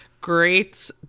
great